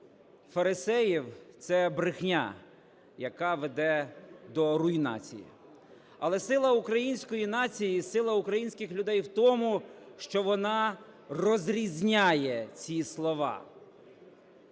фарисеїв – це брехня, яка веде до руйнації. Але сила української нації і сила українських людей в тому, що вона розрізняє ці слова.